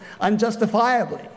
unjustifiably